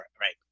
right